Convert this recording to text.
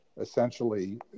essentially